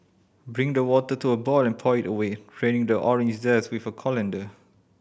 bring the water to a boil and pour it away draining the orange zest with a colander